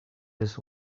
this